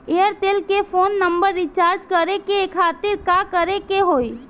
Airtel के phone number recharge करे के खातिर का करे के होई?